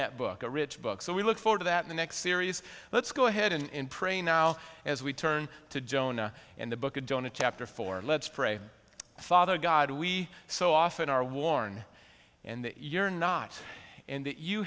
that book a rich book so we look for that in the next series let's go ahead and pray now as we turn to jonah and the book of jonah chapter four let's pray father god we so often are warned and you're not and that you